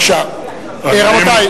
בבקשה, רבותי.